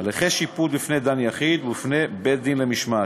הליכי שיפוט בפני דן יחיד ובפני בית-דין למשמעת,